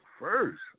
first